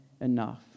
enough